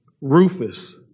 Rufus